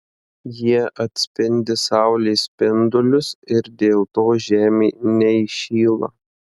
jie atspindi saulės spindulius ir dėl to žemė neįšyla